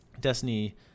Destiny